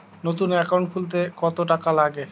নতুন একাউন্ট খুলতে কত টাকা লাগে?